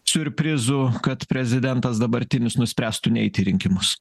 siurprizų kad prezidentas dabartinis nuspręstų neit į rinkimus